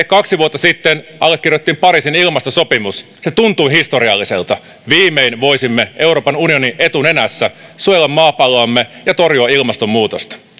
kaksi vuotta sitten allekirjoitettiin pariisin ilmastosopimus se tuntui historialliselta viimein voisimme euroopan unioni etunenässä suojella maapalloamme ja torjua ilmastonmuutosta